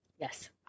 Yes